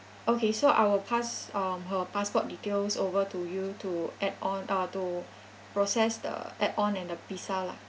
okay so I will pass um her passport details over to you to add on uh to process the add-on and the visa lah